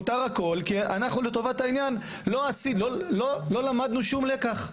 מותר הכל כי אנחנו לטובת העניין לא למדנו שום לקח.